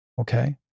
Okay